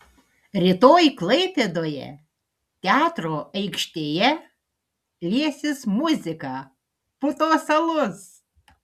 rytoj klaipėdoje teatro aikštėje liesis muzika putos alus